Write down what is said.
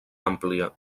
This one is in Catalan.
àmplia